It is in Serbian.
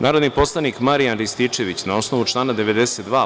Narodni poslanik Marijan Rističević, na osnovu člana 92.